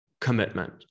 commitment